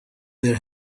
their